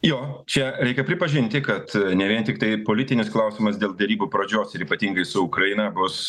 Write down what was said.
jo čia reikia pripažinti kad ne vien tiktai politinis klausimas dėl derybų pradžios ir ypatingai su ukraina bus